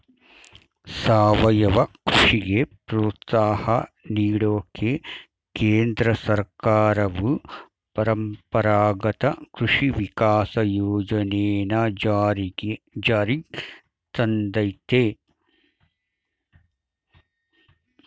ಸಾವಯವ ಕೃಷಿಗೆ ಪ್ರೋತ್ಸಾಹ ನೀಡೋಕೆ ಕೇಂದ್ರ ಸರ್ಕಾರವು ಪರಂಪರಾಗತ ಕೃಷಿ ವಿಕಾಸ ಯೋಜನೆನ ಜಾರಿಗ್ ತಂದಯ್ತೆ